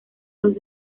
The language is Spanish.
los